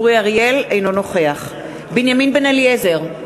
אינו נוכח בנימין בן-אליעזר,